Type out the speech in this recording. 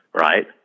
right